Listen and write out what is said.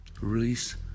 Release